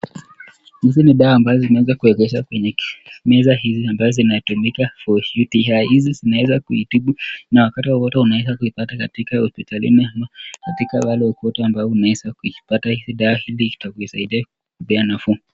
Hizi ni dawa ambazo zinazoekezwa kwenye meza hizi ambazo zinatumika ( for )UTI hizi zinaeza kuitibu na kwa wakati wowote unaeza kuipata katika hospitalini ama katika pahali popote ambao unaeza kuipata hizi dawa, hizi zitakusaidia kuipea nafuu.